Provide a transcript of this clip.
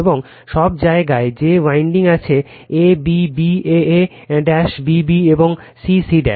এবং সব জায়গায় যে ওয়াইডিং আছে যে a b b a a b b এবং c c